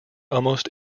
almost